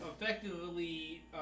Effectively